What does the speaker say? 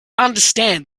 understand